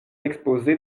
exposé